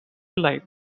life